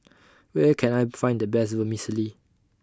Where Can I Find The Best Vermicelli